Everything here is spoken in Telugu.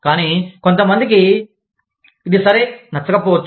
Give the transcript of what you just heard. కానీ కొంతమందికి ఇది సరే నచ్చకపోవచ్చు